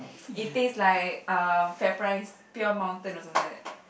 it tastes like uh FairPrice pure mountain also that it